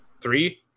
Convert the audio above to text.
Three